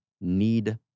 need